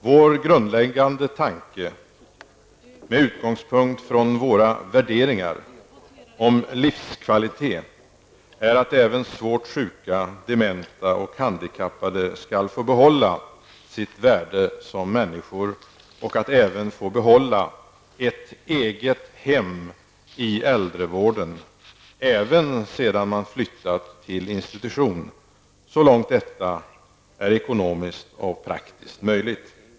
Vår grundläggande tanke om livskvalitet, med utgångspunkt från våra värderingar, är att även svårt sjuka, dementa och handikappade skall få behålla sitt värde som människor och att de skall få behålla ett eget hem i äldrevården -- även sedan de flyttat till institution -- så långt detta är ekonomiskt och praktiskt möjligt.